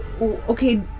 okay